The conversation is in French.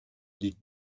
des